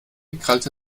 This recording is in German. krallte